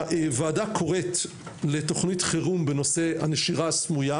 הוועדה קוראת לתוכנית חירום בנושא הנשירה הסמויה,